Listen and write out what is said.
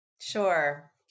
Sure